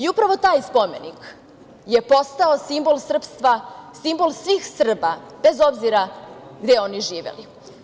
Upravo taj spomenik je postao simbol srpstva, simbol svih Srba, bez obzira gde oni živeli.